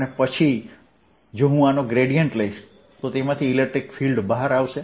અને પછી જો હું આનો ગ્રેડીયેંટ લઈશ તો તેમાંથી ઇલેક્ટ્રિક ફીલ્ડ બહાર આવશે